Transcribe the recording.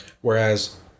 whereas